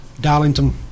Darlington